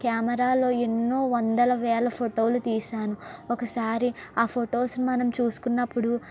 కెమెరాలో ఎన్నో వందల వేల ఫోటోలు తీసాను ఒకసారి ఆ ఫోటోస్ మనం చూసుకున్నప్పుడు